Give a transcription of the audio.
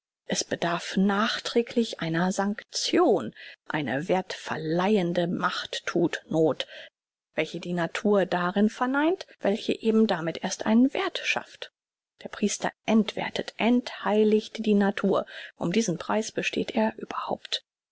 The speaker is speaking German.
es bedarf nachträglich einer sanktion eine werthverleihende macht thut noth welche die natur darin verneint welche eben damit erst einen werth schafft der priester entwerthet entheiligt die natur um diesen preis besteht er überhaupt